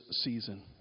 season